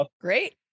great